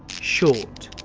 short,